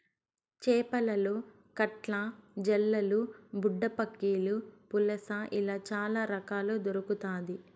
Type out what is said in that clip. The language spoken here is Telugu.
చేపలలో కట్ల, జల్లలు, బుడ్డపక్కిలు, పులస ఇలా చాల రకాలు దొరకుతాయి